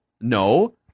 No